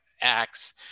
acts